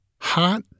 Hot